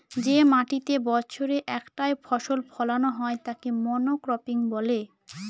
যে মাটিতেতে বছরে একটাই ফসল ফোলানো হয় তাকে মনোক্রপিং বলে